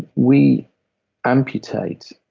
we amputate